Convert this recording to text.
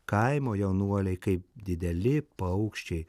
kaimo jaunuoliai kaip dideli paukščiai